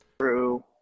True